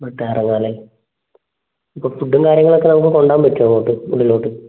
അല്ലേ അപ്പം ഫുഡ്ഡും കാര്യങ്ങളൊക്കെ നമുക്ക് കൊണ്ടുപോവാൻ പറ്റുമോ അങ്ങോട്ട് ഉള്ളിലോട്ട്